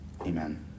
Amen